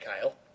Kyle